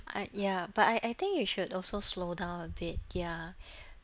I ya but I I think you should also slow down a bit ya